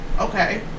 Okay